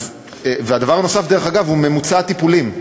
הדבר הנוסף, דרך אגב, הוא ממוצע הטיפולים.